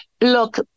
Look